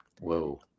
Whoa